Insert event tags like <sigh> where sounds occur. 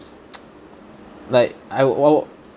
<noise> like I would wo~